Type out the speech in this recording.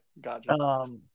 Gotcha